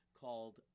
called